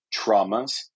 traumas